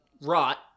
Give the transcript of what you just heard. rot